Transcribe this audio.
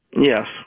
Yes